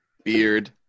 Beard